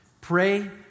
Pray